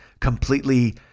completely